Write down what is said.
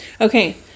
Okay